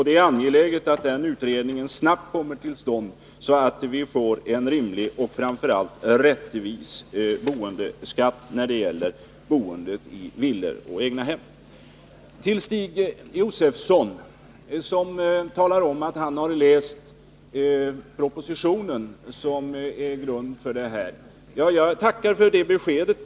Det är angeläget att den begärda utredningen kommer till stånd, så att vi får en rimlig och framför allt rättvis skatt när det gäller boende i villor och andra egnahem. Stig Josefson talar om att han har läst propositionen som ligger till grund för den ordning som gäller. Jag tackar för det beskedet.